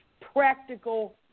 practical